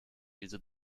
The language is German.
diese